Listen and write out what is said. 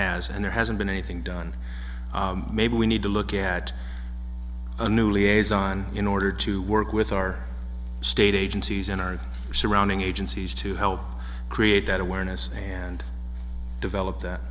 has and there hasn't been anything done maybe we need to look at a new liaison in order to work with our state agencies and our surrounding agencies to help create that awareness and develop that